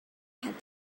had